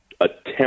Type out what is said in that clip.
attempt